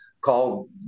called